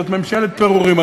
זו ממשלת פירורים,